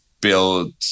build